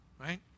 Right